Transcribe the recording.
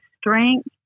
strength